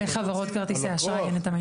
לחברות כרטיסי האשראי אין את המידע.